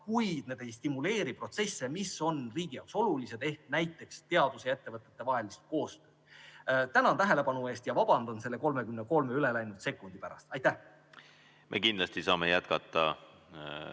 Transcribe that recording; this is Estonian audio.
kuid need ei stimuleeri protsesse, mis on riigi jaoks olulised, näiteks teaduse ja ettevõtete vahelist koostööd. Tänan tähelepanu eest ja vabandan selle 33 üle läinud sekundi pärast! Me kindlasti saame jätkata